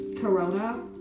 corona